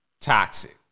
Toxic